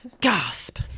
Gasp